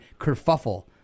kerfuffle